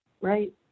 Right